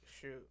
Shoot